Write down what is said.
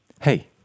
Hey